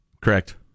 Correct